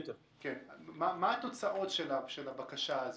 מה התוצאות של הבקשה הזאת?